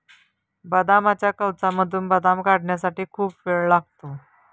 बदामाच्या कवचामधून बदाम काढण्यासाठी खूप वेळ लागतो